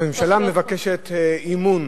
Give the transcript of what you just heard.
הממשלה מבקשת אמון